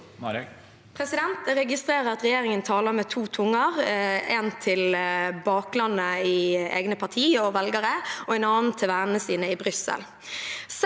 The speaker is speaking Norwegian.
Jeg registrerer at re- gjeringen taler med to tunger – én til baklandet i egne partier og velgere og en annen til vennene sine i Brussel.